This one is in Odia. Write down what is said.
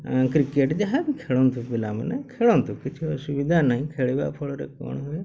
କ୍ରିକେଟ୍ ଯାହା ବି ଖେଳନ୍ତୁ ପିଲାମାନେ ଖେଳନ୍ତୁ କିଛି ଅସୁବିଧା ନାହିଁ ଖେଳିବା ଫଳରେ କ'ଣ ହୁଏ